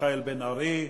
מיכאל בן-ארי,